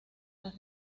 las